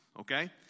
okay